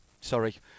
Sorry